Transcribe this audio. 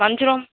வஞ்சிரம்